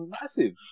massive